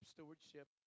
Stewardship